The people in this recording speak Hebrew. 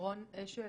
לירון אשל,